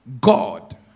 God